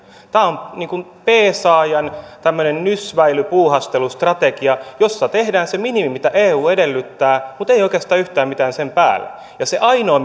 tämä on niin kuin tämmöinen peesaajan nysväily puuhastelustrategia jossa tehdään se minimi mitä eu edellyttää mutta ei oikeastaan yhtään mitään sen päälle ja se ainoa